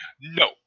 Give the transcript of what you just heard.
no